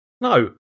No